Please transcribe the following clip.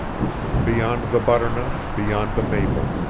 beyond the butternut, beyond the maple,